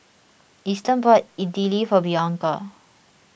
Easton bought Idili for Bianca